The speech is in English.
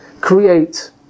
create